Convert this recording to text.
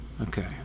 Okay